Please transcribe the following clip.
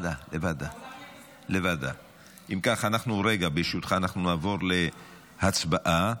אם כך, ברשותך, אנחנו נעבור להצבעה.